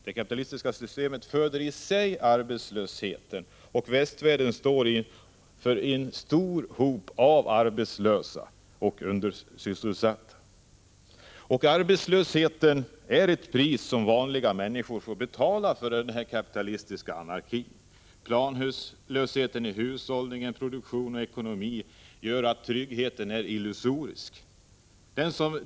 Det kapitalistiska systemet föder i sig arbetslöshet, och i västvärlden hopar sig de arbetslösa och undersysselsatta. Arbetslösheten är ett pris som vanliga människor får betala för den kapitalistiska anarkin. Planlösheten i hushållning, produktion och ekonomi gör att tryggheten är illusorisk.